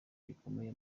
rikomeye